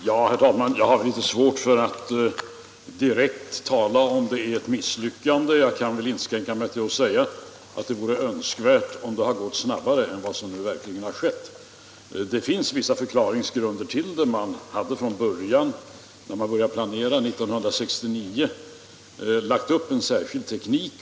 Herr talman! Jag har litet svårt för att direkt kalla det ett misslyckande. Jag kan väl inskränka mig till att säga att det hade varit önskvärt om det hade kunnat gå snabbare än det gått. Det finns dock vissa förklaringsgrunder till detta. När man började planera år 1969 hade man lagt upp en särskild teknik.